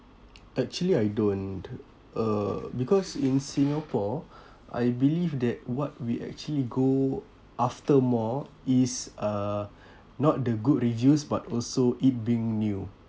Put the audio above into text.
actually I don't uh because in singapore I believe that what we actually go after more is uh not the good reviews but also it being new